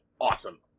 awesome